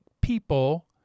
people